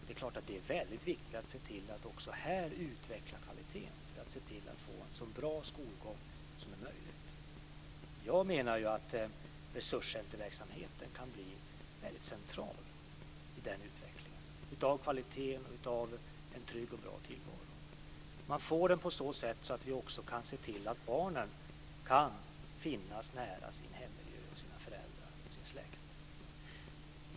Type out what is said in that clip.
Det är klart att det är väldigt viktigt att se till att också här utveckla kvaliteten för att se till att få en så bra skolgång som möjligt. Jag menar att resurscenterverksamheten kan bli väldigt central i den utvecklingen - av kvaliteten och av en trygg och bra tillvaro. Man får den på så sätt att vi också kan se till att barnen kan finnas nära sin hemmiljö, sina föräldrar och sin släkt.